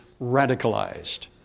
radicalized